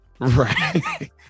Right